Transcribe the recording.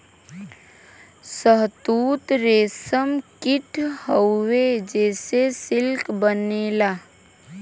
शहतूत रेशम कीट हउवे जेसे सिल्क बनेला